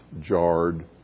jarred